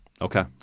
Okay